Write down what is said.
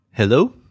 Hello